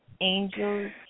angels